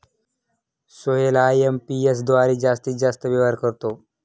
Sohail IMPS द्वारे जास्तीत जास्त व्यवहार करतो